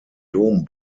dom